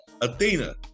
Athena